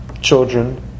children